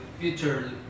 future